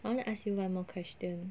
I want to ask you one more question